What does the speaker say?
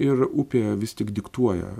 ir upė vis tik diktuoja